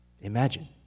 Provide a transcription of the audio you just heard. Imagine